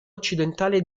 occidentale